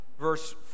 Verse